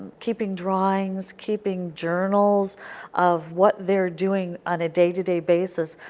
keeping drawings, keeping journals of what they are doing on a day to day basis,